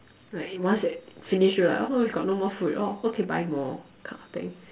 like once you're finished we're like oh we've got no more food oh okay buy more kind of thing